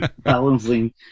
balancing